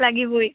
লাগিবই